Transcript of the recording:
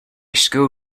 school